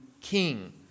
king